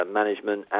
management